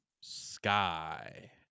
Sky